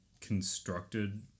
constructed